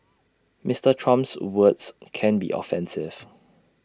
Mister Trump's words can be offensive